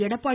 Edappadi